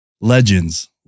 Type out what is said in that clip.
Legends